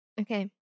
Okay